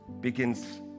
begins